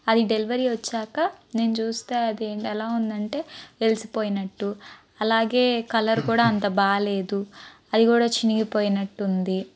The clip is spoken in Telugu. అది డెలివరీ వచ్చాక నేను చూస్తే అది ఎలా ఉందంటే వెరిసిపోయినట్టు అలాగే కలర్ కూడ అంత బాగలేదు అది కూడ చినిగిపోయినట్టు ఉంది